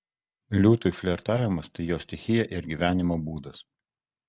liūtui flirtavimas tai jo stichija ir gyvenimo būdas